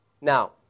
Now